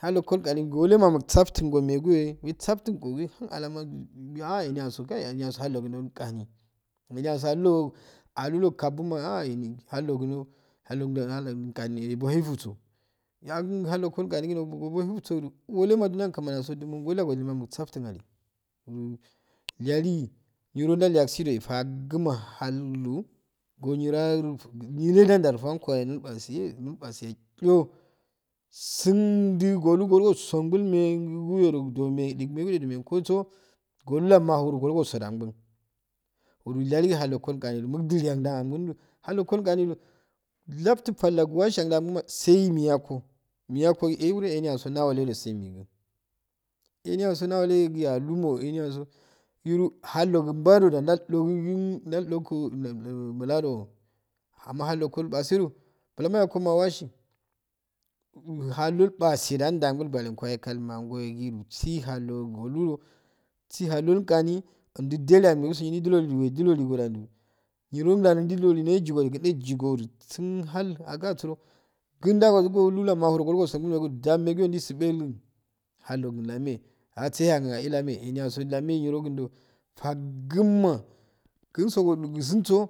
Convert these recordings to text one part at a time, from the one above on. Hallogo gani ngokma mulsafttun ungo maguyeh usafttun ko giuhan dama aha eniya so kayi eniyaso hallogundo gani emiya go millo gu alu do kab ah en hellugundo hau gam ebo efusosa yagi halougo gam ebo efugo walee ma jumiya kmani nandoso walema nusaftun alu ilyala noro ndalyasi fagnma hallo ngo nira niyilede fuwaka yaha ilfesiyi mulpeye yyo sunddu gok gosononl megu woga don meiki kuusso gol lammarahi goo gosadan gun wila wahan lekod yahey muduk yagda mundu hallango gani lafttu palda gowajiyayha sayi miyan kiko kiyankko gi wme enigasi na woleto sai noggu eniyabo na wolegualnmo eniyaso niro hallogun bardu da ndaldu gigu ndal doku mula do amma hallohgo ilpase to bullo mayanko pal ma awasi halddo llpase da nduwangol gwanmde kal mangoyogi misi halldo golludo si halddo gani undi doluya ndidulodu si halddo gani undi doluya ndidulodu wed wolude ndu niro ndalu ndildlohu wed wolkden ndu niro ndulu ndililow nejigo negigo do su sun hau agai asuro kunda gogi golu llam haragu go sogudo dameguyo nallogun llakey atch ahena ille lame eniyaso lame nirogunddo fagguma kunsso gosunddo gusunnsso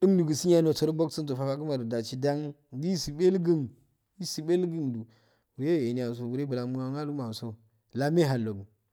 dumsuguse nosodo muonnda faguma ah dagi dan ndilisigohol guluk ndisigng wure enigeso whre bulan malugumaso.